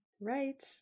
right